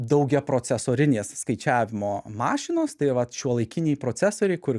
daugiaprocesorinės skaičiavimo mašinos tai vat šiuolaikiniai procesoriai kur